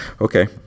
okay